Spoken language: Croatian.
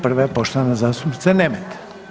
Prva je poštovane zastupnice Nemet.